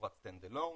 תצורת stand alone,